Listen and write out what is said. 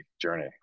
journey